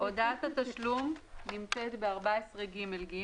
הודעת התשלום נמצאת בסעיף קטן 14ג(ג):